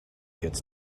gets